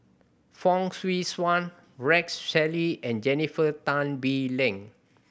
Fong Swee Suan Rex Shelley and Jennifer Tan Bee Leng